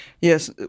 Yes